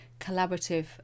collaborative